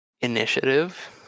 initiative